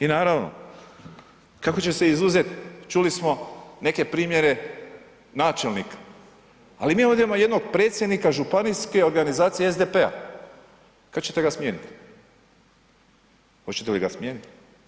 I naravno kako će se izuzet čuli smo neke primjere načelnik, ali mi ovdje imamo jednog predsjednika Županijske organizacije SDP-a, kada ćete ga smijeniti, hoćete li ga smijeniti?